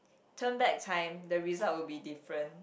turn back time the result will be different